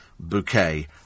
bouquet